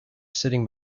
sitting